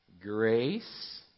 grace